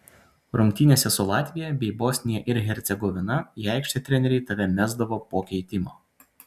rungtynėse su latvija bei bosnija ir hercegovina į aikštę treneriai tave mesdavo po keitimo